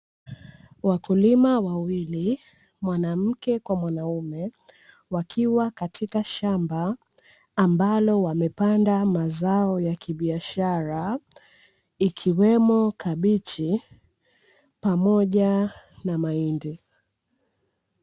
Wakulima wawili mwanamke kwa mwanaume wakiwa katika shamba, ambapo wamepanda mazao ya biashara ikiwemo kabichi na mahindi.